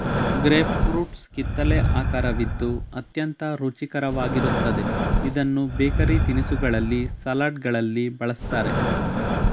grape fruits ಕಿತ್ತಲೆ ಆಕರವಿದ್ದು ಅತ್ಯಂತ ರುಚಿಕರವಾಗಿರುತ್ತದೆ ಇದನ್ನು ಬೇಕರಿ ತಿನಿಸುಗಳಲ್ಲಿ, ಸಲಡ್ಗಳಲ್ಲಿ ಬಳ್ಸತ್ತರೆ